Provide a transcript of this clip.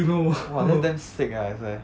!wah! that's damn sick leh I swear